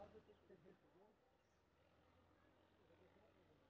किसान कै फसल बीमा?